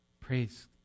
Praise